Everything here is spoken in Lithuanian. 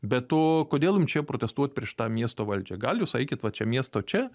be to kodėl jum protestuot prieš tą miesto valdžią gal jūs eikit va čia miesto čia